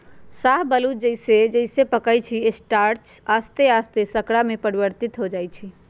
शाहबलूत जइसे जइसे पकइ छइ स्टार्च आश्ते आस्ते शर्करा में परिवर्तित हो जाइ छइ